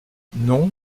non